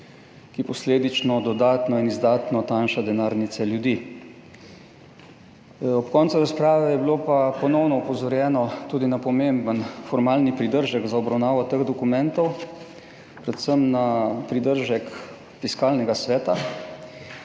ki posledično dodatno in izdatno tanjšajo denarnice ljudi. Ob koncu razprave je bilo pa ponovno opozorjeno tudi na pomemben formalni pridržek za obravnavo teh dokumentov, predvsem na pridržek Fiskalnega sveta,